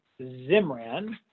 Zimran